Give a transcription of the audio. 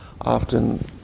often